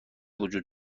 وجود